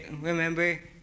remember